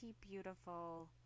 beautiful